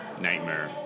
Nightmare